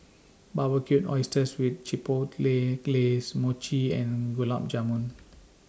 Barbecued Oysters with Chipotle Glaze Mochi and Gulab Jamun